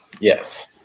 Yes